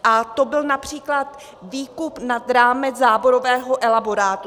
A to byl například výkup nad rámec záborového elaborátu.